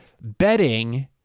betting